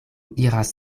iras